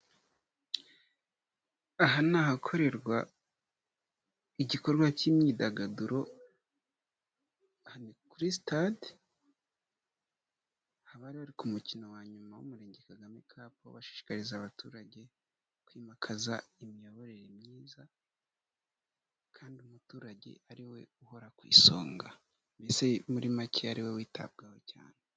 Aha ni ahakorerwa igikorwa k'imyidagaduro kuri sitade, aha bari bari ku mukino wa nyuma w'umurenge Kagame Cup washishikarizaga abaturage kwimakaza imiyoborere myiza kandi umuturage ariwe uhora ku isonga, mbese muri make ari we witabwaho cyane.